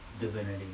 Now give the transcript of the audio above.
Divinity